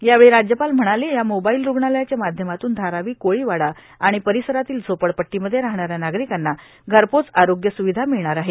यावेळी राज्यपाल म्हणाले या मोबाईल रुग्णालयाच्या माध्यमातून धारावी कोळीवाडा आणि परिसरातील झोपडपट्टीमध्ये राहणाऱ्या नागरिकांना घरपोच आरोग्य स्विधा मिळणार आहे